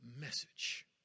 message